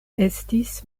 estis